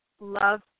love